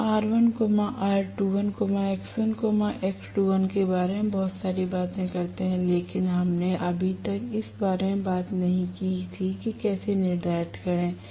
हम R1 R2l X1 X2l के बारे में बहुत सारी बातें करते हैं लेकिन हमने अभी तक इस बारे में बात नहीं की थी कि कैसे निर्धारण करें